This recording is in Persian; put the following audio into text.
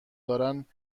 دارند